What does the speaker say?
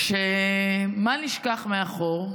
מה נשכח מאחור?